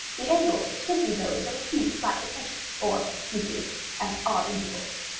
the angles were simply those of a few slight depressions, or niches, at odd intervals.